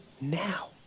now